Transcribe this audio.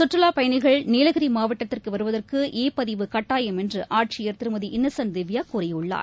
சுற்றுலாபயணிகள் நீலகிரிமாவட்டத்திற்குவருவதற்கு இ பதிவு கட்டாயம் என்றுஆட்சியர் திருமதி இன்னசன்ட் திவ்யாகூறியுள்ளார்